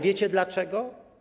Wiecie dlaczego?